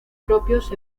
propios